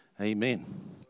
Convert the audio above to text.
Amen